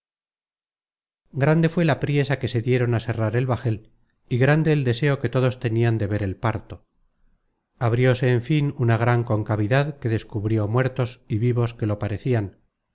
grande fué la priesa que se dieron á serrar el bajel y grande el deseo que todos tenian de ver el parto abrióse en fin una gran concavidad que descubrió muertos y vivos que lo parecian